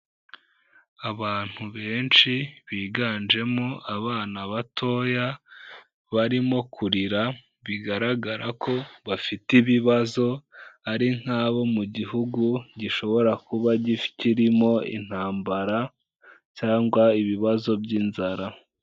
Abantu benshi biganjemo abana batoya barimo kurira, bigaragara ko bafite ibibazo ari nk'abo mu gihugu gishobora kuba kirimo intambara cyangwa ibibazo by'inzara.